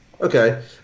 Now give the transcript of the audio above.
Okay